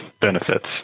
benefits